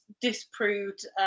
disproved